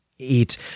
Eat